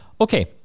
Okay